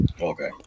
Okay